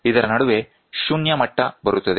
ಇದರ ನಡುವೆ 0 ಮಟ್ಟ ಬರುತ್ತದೆ